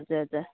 हजुर हजुर